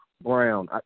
Brown